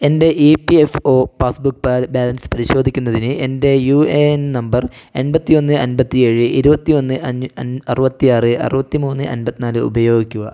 എൻ്റെ E P F O passbook ബാല balance പരിശോധിക്കുന്നതിന് എൻ്റെ യു എ എൻ നമ്പർ എൺപത്തി ഒന്ന് അൻപത്തി ഏഴ് ഇരുപത്തി ഒന്ന് അഞ്ഞൂ അറുപത്തി ആറ് അറുപത്തി മൂന്ന് അൻപത്തി നാല് ഉപയോഗിക്കുക